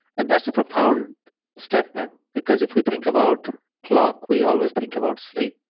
and that's a profound statement because if we think about clock, we always think about sleep.